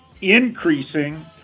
increasing